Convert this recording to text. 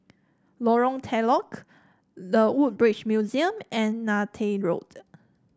Lorong Telok The Woodbridge Museum and Neythai Road